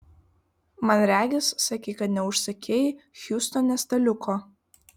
man regis sakei kad neužsakei hjustone staliuko